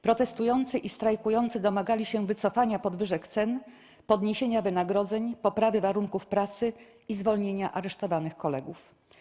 Protestujący i strajkujący domagali się wycofania podwyżki cen, podniesienia wynagrodzeń, poprawy warunków pracy i zwolnienia aresztowanych kolegów.